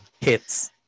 hits